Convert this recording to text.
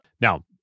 Now